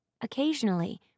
Occasionally